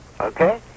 okay